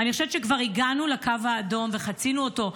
אני חושבת שכבר הגענו לקו האדום וחצינו אותו.